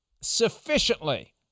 sufficiently